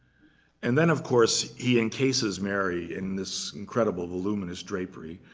and then, of course, he encases mary in this incredible voluminous drapery,